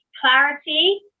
clarity